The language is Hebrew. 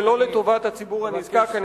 ולא לטובת הציבור הנזקק.